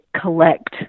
collect